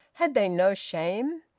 had they no shame?